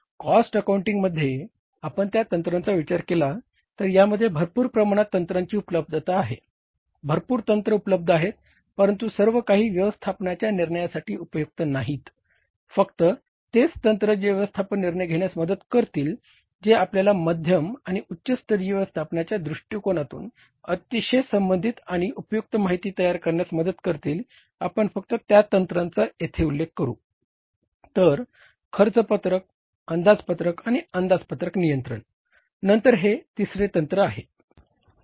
cost अकाउंटिंगमध्ये नंतर हे तिसरे तंत्र आहे